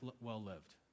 well-lived